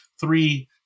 three